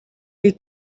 est